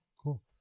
Cool